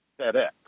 FedEx